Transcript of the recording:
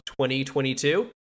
2022